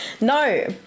No